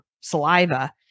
saliva